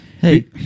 Hey